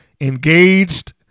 engaged